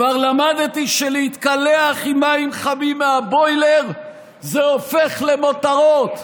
כבר למדתי שלהתקלח עם מים חמים מהבוילר זה הופך למותרות.